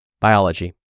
biology